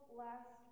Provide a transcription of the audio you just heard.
last